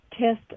test